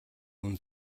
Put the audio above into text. өмнө